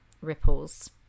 ripples